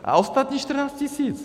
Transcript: A ostatní 14 tisíc.